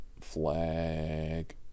Flag